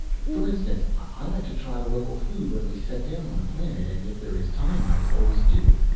for instance, i like to try the local food when we set down on a planet, and if there is time i always do.